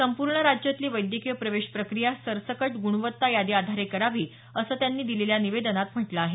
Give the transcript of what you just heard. संपूर्ण राज्यातली वैद्यकीय प्रवेश प्रक्रिया सरसकट गुणवत्ता यादी आधारे करावी असं त्यांनी दिलेल्या निवेदनात म्हटल आहे